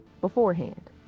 beforehand